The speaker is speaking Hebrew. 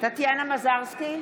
טטיאנה מזרסקי,